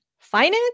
Finance